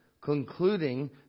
concluding